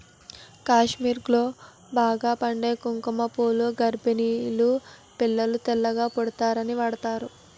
కాశ్మీర్లో బాగా పండే కుంకుమ పువ్వు గర్భిణీలు పిల్లలు తెల్లగా పుడతారని వాడుతారు